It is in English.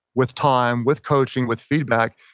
with time, with coaching, with feedback,